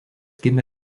gimė